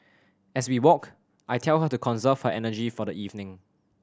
as we walk I tell her to conserve her energy for the evening